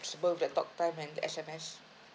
flexible with the talk time and S_M_S